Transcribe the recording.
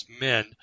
men